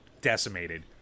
decimated